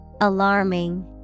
Alarming